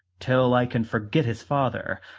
till i can forget his father,